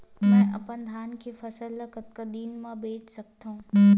मैं अपन धान के फसल ल कतका दिन म बेच सकथो?